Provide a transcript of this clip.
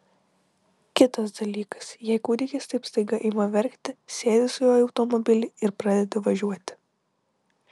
kitas dalykas jei kūdikis taip staiga ima verkti sėdi su juo į automobilį ir pradedi važiuoti